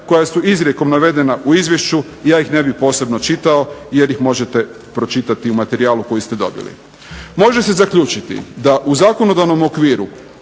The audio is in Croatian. koja su izrijekom navedena u izvješću, ja ih ne bih posebno čitao, jer ih možete pročitati u materijalu koji ste dobili. Može se zaključiti da u zakonodavnom okviru